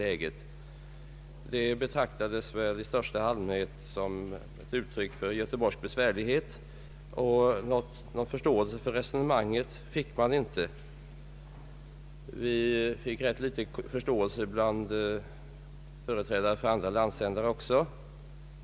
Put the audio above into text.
Våra önskemål betraktades i största allmänhet som ett uttryck för en göteborgsk besvärlighet, och någon förståelse för resonemangen rönte vi inte. Vi mötte också ganska liten förståelse från företrädare för andra landsändar.